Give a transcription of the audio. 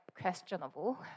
questionable